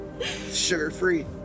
sugar-free